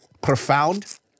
profound